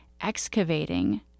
excavating